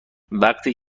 وقتی